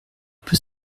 peut